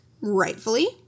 rightfully